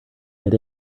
get